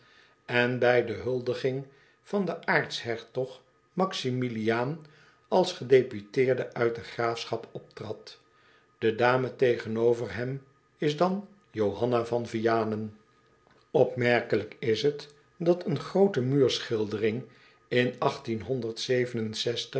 en bij de huldiging van den aartshertog maximiliaan als gedeputeerde uit de graafschap optrad de dame tegenover hem is dan j o h a n n a v a n v i a n e n opmerkelijk is het dat eene groote muurschildering in